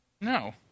No